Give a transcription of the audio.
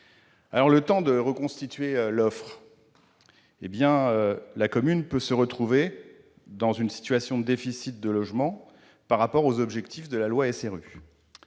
Le temps de reconstituer l'offre, la commune peut se retrouver dans une situation de déficit de logements par rapport aux objectifs de la loi SRU.